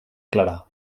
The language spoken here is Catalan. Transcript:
clarà